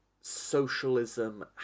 socialism